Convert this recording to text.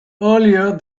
earlier